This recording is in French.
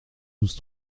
douze